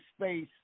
space